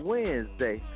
Wednesday